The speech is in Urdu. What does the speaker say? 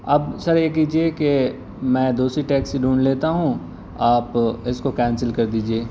اب سر یہ کیجیے کہ میں دوسری ٹیکسی ڈھونڈ لیتا ہوں آپ اس کو کینسل کر دیجیے